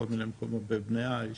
בכל מיני מקומות, בבני עייש.